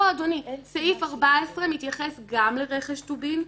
סעיף 14 מתייחס לרכש טובין,